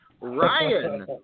Ryan